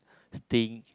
think